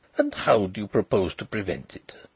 and how do you propose to prevent it?